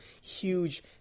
huge